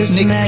Nick